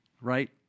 right